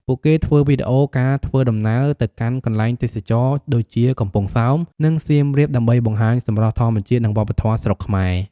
ពួកគេធ្វើវីដេអូការធ្វើដំណើរទៅកាន់កន្លែងទេសចរណ៍ដូចជាកំពង់សោម និងសៀមរាប ដើម្បីបង្ហាញសម្រស់ធម្មជាតិនិងវប្បធម៌ស្រុកខ្មែរ។